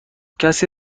کسی